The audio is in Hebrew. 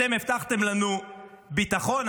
אתם הבטחתם לנו ביטחון,